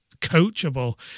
coachable